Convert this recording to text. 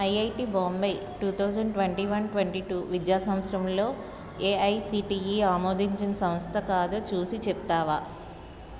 IIT Bombay two thousand twenty one twenty two విద్యా సంవత్సరంలో AICTE ఆమోదించిన సంస్థో కాదో చూసి చెప్తావా